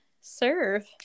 serve